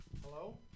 Hello